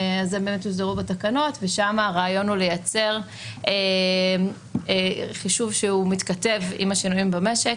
הם יוסדרו בתקנות ושם הרעיון הוא לייצר חישוב שמתכתב עם השינויים במשק.